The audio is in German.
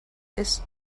ist